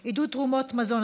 הצעת חוק עידוד תרומות מזון,